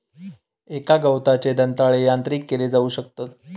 एका गवताचे दंताळे यांत्रिक केले जाऊ शकतत